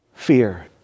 fear